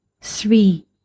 three